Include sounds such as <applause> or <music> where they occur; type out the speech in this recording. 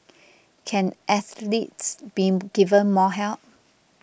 can athletes be <unintelligible> given more help